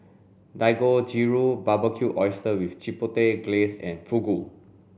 Dangojiru Barbecued Oysters with Chipotle Glaze and Fugu